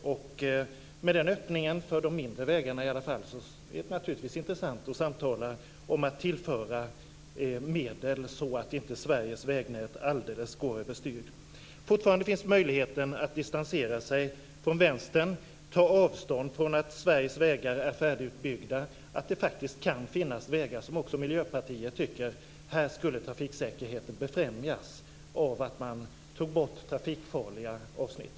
I och med den här öppningen för åtminstone de mindre vägarna är det naturligtvis intressant att samtala om att tillföra medel så att inte Sveriges vägnät alldeles går över styr. Fortfarande finns möjligheten att distansera sig från Vänstern och att ta avstånd från påståendet att Sveriges vägar är färdigutbyggda. Det kan faktiskt finnas vägar där också Miljöpartiet tycker att trafiksäkerheten skulle befrämjas av att man tog bort trafikfarliga avsnitt.